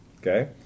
Okay